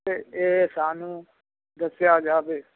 ਅਤੇ ਇਹ ਸਾਨੂੰ ਦੱਸਿਆ ਜਾਵੇ